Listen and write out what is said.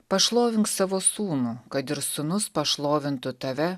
pašlovink savo sūnų kad ir sūnus pašlovintų tave